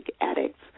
addicts